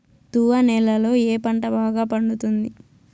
తువ్వ నేలలో ఏ పంట బాగా పండుతుంది?